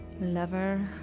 lover